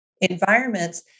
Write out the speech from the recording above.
environments